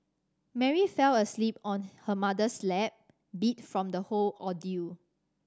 Mary fell asleep on her mother's lap beat from the whole ordeal